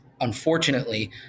Unfortunately